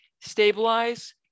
stabilize